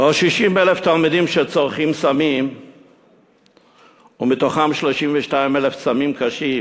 או 60,000 תלמידים שצורכים סמים ומתוכם 32,000 סמים קשים,